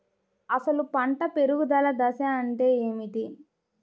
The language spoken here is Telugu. అసలు పంట పెరుగుదల దశ అంటే ఏమిటి?